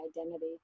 identity